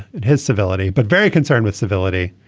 and his civility but very concerned with civility.